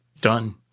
Done